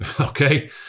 Okay